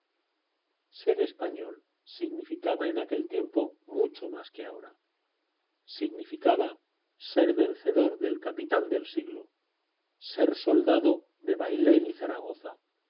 ser español significaba en aquel tiempo mucho más que ahora significaba ser vencedor del capitán del siglo ser soldado de bailén y zaragoza